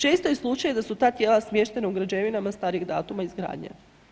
Često je slučaj da su ta tijela smještena u građevinama starijeg datuma izgradnje.